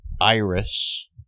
iris